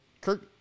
Kirk